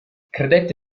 credette